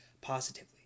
positively